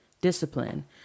Discipline